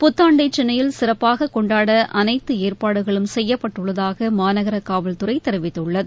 புத்தாண்டை சென்னையில் சிறப்பாக கொண்டாட அனைத்து அஏற்பாடுகளும் செய்யப்பட்டுள்ளதாக மாநகர காவல்துறை தெரிவித்துள்ளது